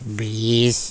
بیس